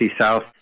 South